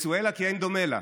ונצואלה, כי אין דומה לה.